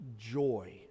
joy